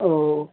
اوہ